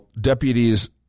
deputies